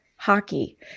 Hockey